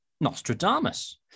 nostradamus